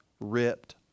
ripped